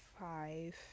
five